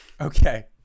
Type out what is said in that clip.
Okay